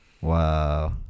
Wow